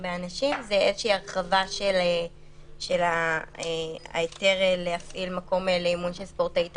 זאת איזו שהיא הרחבה של ההיתר להפעיל מקום לאימון של ספורטאי תחרותי,